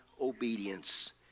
obedience